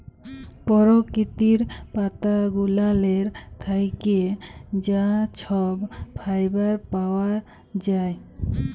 পরকিতির পাতা গুলালের থ্যাইকে যা ছব ফাইবার পাউয়া যায়